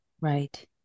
right